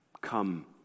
Come